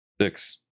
Six